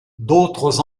d’autres